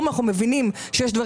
אבל לפני שתתקבל ההחלטה.